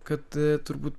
kad turbūt